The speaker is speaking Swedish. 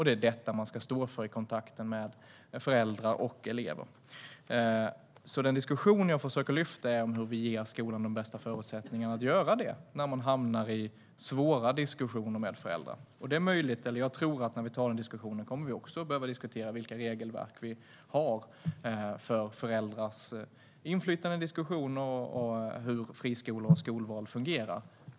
Det är detta som man ska stå för i kontakten med föräldrar och elever. Det som jag försöker lyfta fram i diskussionen är hur vi ger skolan de bästa förutsättningarna att göra detta när man hamnar i svåra diskussioner med föräldrar. När vi tar denna diskussion kommer vi också att behöva diskutera vilka regelverk som vi har för föräldrars inflytande i diskussioner och hur friskolor och skolval fungerar.